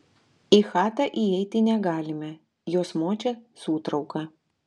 į chatą įeiti negalime jos močia sūtrauka